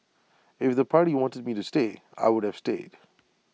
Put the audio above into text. if the party wanted me to stay I would have stayed